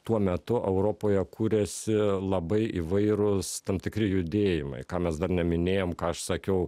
tuo metu europoje kūrėsi labai įvairūs tam tikri judėjimai ką mes dar neminėjom ką aš sakiau